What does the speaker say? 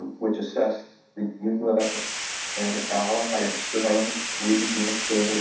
which assessed the us and allies strengths, weaknesses,